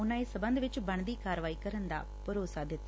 ਉਨਾ ਇਸ ਸਬੰਧ ਵਿਚ ਬਣਦੀ ਕਾਰਵਾਈ ਕਰਨ ਦਾ ਭਰੋਸਾ ਦਿੱਤਾ